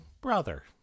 brother